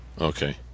Okay